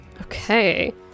okay